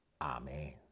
Amen